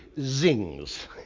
zings